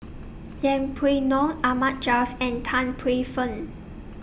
Yeng Pway Ngon Ahmad Jais and Tan Paey Fern